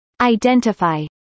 Identify